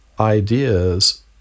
ideas